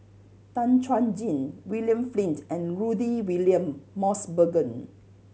Tan Chuan Jin William Flint and Rudy William Mosbergen